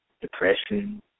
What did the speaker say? Depression